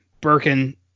Birkin